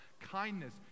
kindness